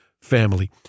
family